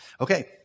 Okay